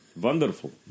Wonderful